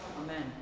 Amen